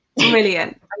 Brilliant